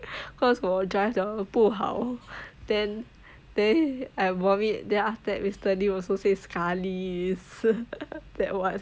because 我 drive 得不好 then then I vomit then after that mister lim also say scarly that [one]